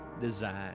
design